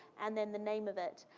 and then the name of it,